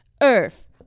Earth